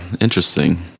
interesting